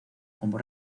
como